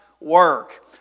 work